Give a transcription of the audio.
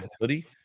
hoodie